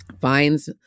finds